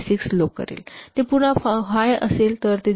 86 low करेल आणि ते पुन्हा खूप हाय असेल तर ते 0